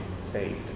saved